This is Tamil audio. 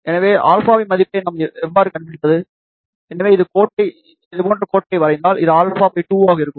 எனவே α இன் மதிப்பை நாம் எவ்வாறு கண்டுபிடிப்பது எனவே இது போன்ற கோட்டை வரைந்தால் இது α 2 ஆக இருக்கும்